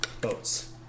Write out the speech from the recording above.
boats